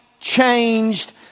changed